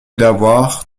lavoir